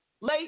Late